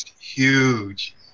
huge